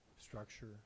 structure